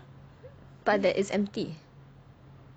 but there it's empty